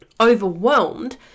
overwhelmed